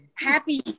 Happy